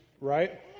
right